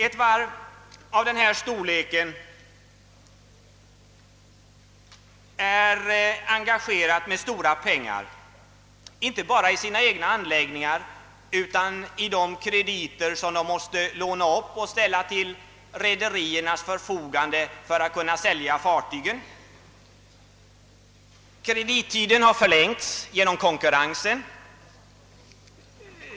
Ett varv av denna storlek ligger ute med stora pengar inte bara i sina egna anläggningar utan också i krediter som det måste uppbringa och ställa till rederiernas förfogande för att kunna sälja fartygen. Kredittiden har genom konkurrensen förlängts.